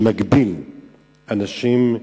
שנגביל אנשים,